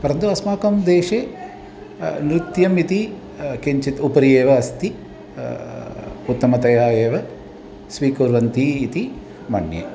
परन्तु अस्माकं देशे नृत्यम् इति किञ्चित् उपरि एव अस्ति उत्तमतया एव स्वीकुर्वन्ति इति मन्ये